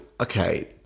okay